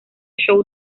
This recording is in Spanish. show